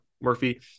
Murphy